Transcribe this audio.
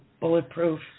bulletproof